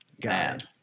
God